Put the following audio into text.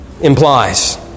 implies